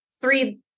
three